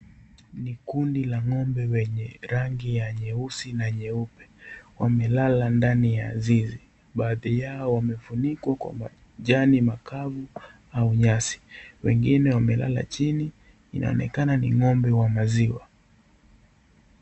Ni kundi la ng'ombe wenye rangi ya nyeusi na nyeupe wamelala ndani ya zizi baadhi yao wamefunikwa kwa majani makavu au nyasi wengine wamelala chini inaonekana ni ng'ombe wa maziwa.